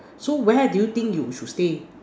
so where do you think you should stay